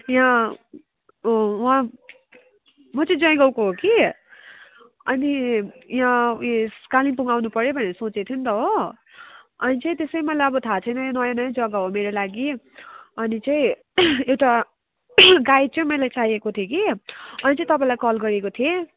यहाँ वहाँ म चाहिँ जयगाउँको हो कि अनि यहाँ उइस कालिम्पोङ आउनु पऱ्यो भनेर सोचे थिएँ नि त हो अनि चाहिँ त्यसै मलाई थाह छैन नयाँ नयाँ जग्गा हो मेरो लागि अनि चाहिँ एउटा गाइड चाहिँ मलाई चाहिएको थियो कि अनि चाहिँ तपाईँलाई कल गरेको िएँ